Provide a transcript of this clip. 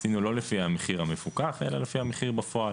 לא עשינו לפי המחיר המפוקח אלא לפי המחיר בפועל.